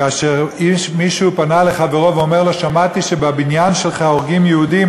כאשר מישהו פנה לחברו ואמר לו: שמעתי שבבניין שלך הורגים יהודים,